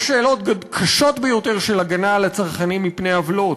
יש שאלות קשות ביותר של הגנה על הצרכנים מפני עוולות.